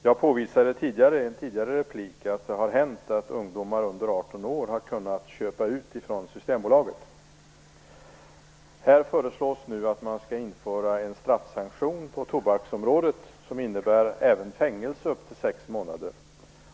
Jag påvisade i en tidigare replik att det har hänt att ungdomar under 18 år har kunnat köpa ut från Systembolaget. Här föreslås nu att man skall införa en straffsanktion på tobaksområdet som innebär även fängelse upp till sex månader.